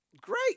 great